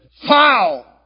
foul